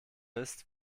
ist